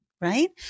right